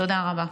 תודה רבה.